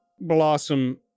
Blossom